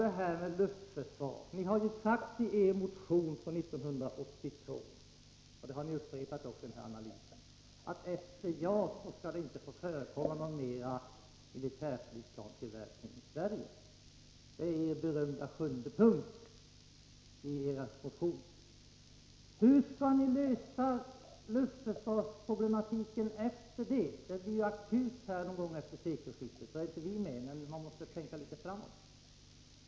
På tal om luftförsvaret har ni sagt i er motion från 1982 — och det har ni upprepat i analysen nu — att efter JAS skall det inte få förekomma någon tillverkning av militärflygplan i Sverige. Det är den berömda sjunde punkten ier motion. Hur skall ni lösa luftförsvarsproblematiken efter det? Den blir ju akut någon gång efter sekelskiftet. Då är inte vi med, men man måste tänka litet framåt.